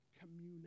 community